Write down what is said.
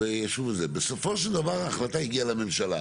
בסופו של דבר ההחלטה הגיעה לממשלה.